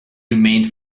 remained